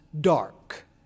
dark